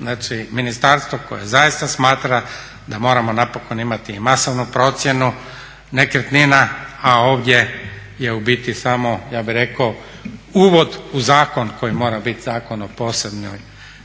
Znači ministarstvo koje je zaista smatra da moramo napokon imati masovnu procjenu nekretnina a ovdje je u biti samo ja bi rekao uvod u zakon koji mora biti Zakon o posebnoj